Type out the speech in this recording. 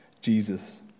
Jesus